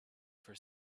for